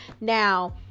now